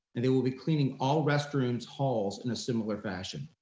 and they will be cleaning all restrooms halls in a similar fashion.